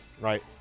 right